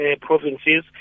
provinces